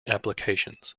applications